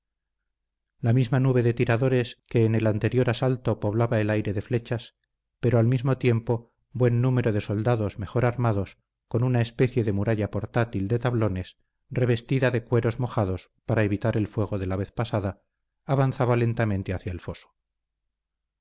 la misma nube de tiradores que en el anterior asalto poblaba el aire de flechas pero al mismo tiempo buen número de soldados mejor armados con una especie de muralla portátil de tablones revestida de cueros mojados para evitar el fuego de la vez pasada avanzaba lentamente hacia el foso